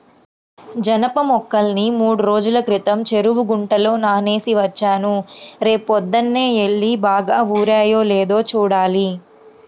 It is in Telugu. జనప మొక్కల్ని మూడ్రోజుల క్రితం చెరువు గుంటలో నానేసి వచ్చాను, రేపొద్దన్నే యెల్లి బాగా ఊరాయో లేదో చూడాలి